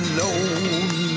Alone